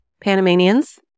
Panamanians